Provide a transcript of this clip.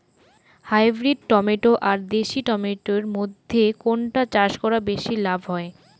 Hybrid tomato আর দেশি tomato এর মইধ্যে কোনটা চাষ করা বেশি লাভ হয়?